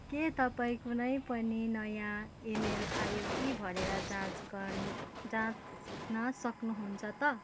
के तपाईँ कुनै पनि नयाँ ईमेल आयो कि भनेर जाँच गर्न जाँच्न सक्नुहुन्छ त